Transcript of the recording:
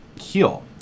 heal